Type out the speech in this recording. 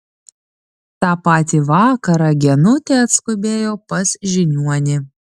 tą patį vakarą genutė atskubėjo pas žiniuonį